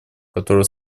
которую